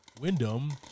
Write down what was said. Wyndham